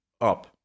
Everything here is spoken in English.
up